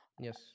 Yes